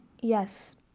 Yes